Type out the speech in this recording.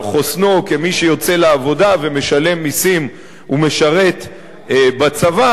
חוסנו כמי שיוצא לעבודה ומשלם מסים ומשרת בצבא,